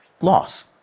loss